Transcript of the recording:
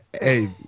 Hey